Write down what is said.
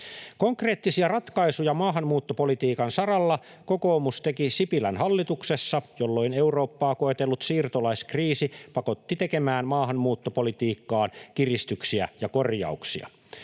Konkreettisia ratkaisuja maahanmuuttopolitiikan saralla kokoomus teki Sipilän hallituksessa, jolloin Eurooppaa koetellut siirtolaiskriisi pakotti tekemään maahanmuuttopolitiikkaan kiristyksiä ja korjauksia.